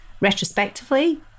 retrospectively